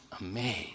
amazed